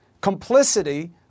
complicity